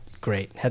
great